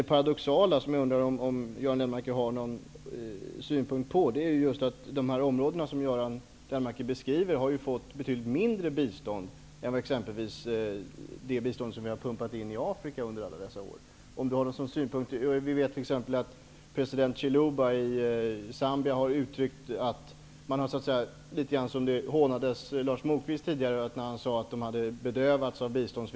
Det paradoxala, som jag undrar om Göran Lennmarker har några synpunkter på, är att de områden som Göran Lennmarker beskriver har fått betydligt mindre bistånd än exempelvis allt det som vi har pumpat in i Afrika under alla år. Bland annat har president Chiluba i Zambia uttryckt sig ungefär på det sätt som Lars Moquist litet grand hånades för, nämligen att man har bedövats av bistånd.